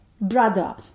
brother